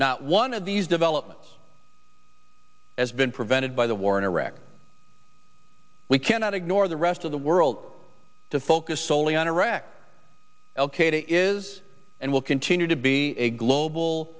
t one of these development has been prevented by the war in iraq we cannot ignore the rest of the world to focus solely on iraq is and will continue to be a global